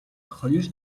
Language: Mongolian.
хоёр